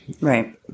Right